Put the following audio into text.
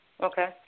Okay